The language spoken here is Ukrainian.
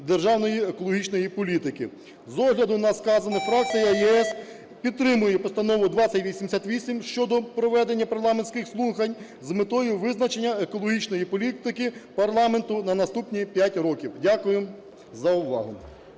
державної екологічної політики. З огляду на сказане, фракція "ЄС" підтримує постанову 2088 щодо проведення парламентських слухань з метою визначення екологічної політики парламенту на наступні 5 років. Дякуємо за увагу.